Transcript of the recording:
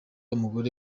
umugore